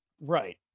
Right